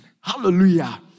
Hallelujah